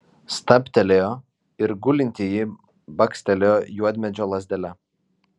stabtelėjo ir gulintįjį bakstelėjo juodmedžio lazdele